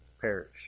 perish